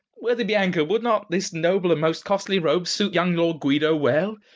worthy bianca, would not this noble and most costly robe suit young lord guido well?